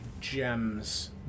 gems